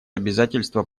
обязательство